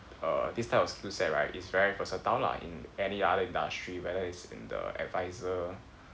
err this type of skill set right is very versatile lah in any other industry whether it's in the advisor